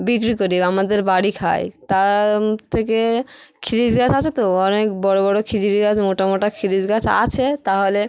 বিক্রি করি আমাদের বাড়ি খায় তা থেকে খিরিস গাছ আছে তো অনেক বড় বড় খিরিস গাছ মোটা মোটা খিরিস গাছ আছে তাহলে